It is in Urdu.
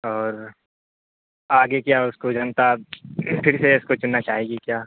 اور آگے کیا اس کو جنتا پھر سے اس کو چننا چاہے گی کیا